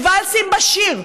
את ואלס עם באשיר.